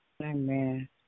Amen